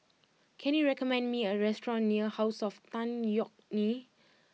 can you recommend me a restaurant near House of Tan Yeok Nee